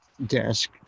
desk